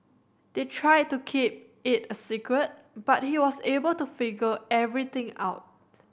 they tried to keep it a secret but he was able to figure everything out